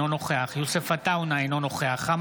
אינו נוכח יוסף עטאונה,